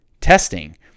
testing